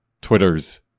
Twitter's